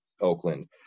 Oakland